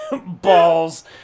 Balls